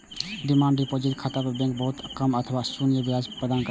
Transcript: demand deposit खाता पर bank बहुत कम अथवा शून्य ब्याज दर प्रदान करै छै